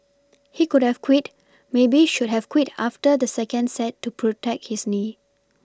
he could have quit maybe should have quit after the second set to protect his knee